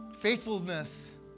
Faithfulness